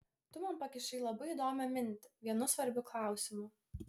tu man pakišai labai įdomią mintį vienu svarbiu klausimu